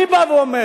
אני בא ואומר: